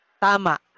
tama